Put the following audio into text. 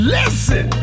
listen